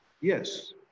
Yes